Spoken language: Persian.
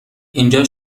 اینجا